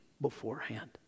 beforehand